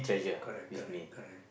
correct correct correct